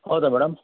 ಹೌದಾ ಮೇಡಮ್